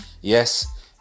Yes